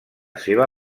seva